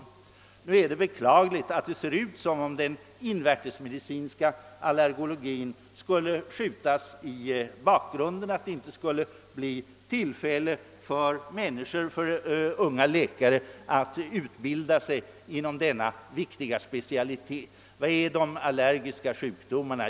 Det är beklagligt att det ser ut som om den invärtesmedicinska allergologin skulle skjutas i bakgrunden, så att det inte skulle bli tillfälle för unga läkare att utbilda sig inom denna viktiga specialitet. Vad är de allergiska sjukdomarna?